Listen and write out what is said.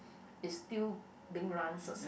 is still being run success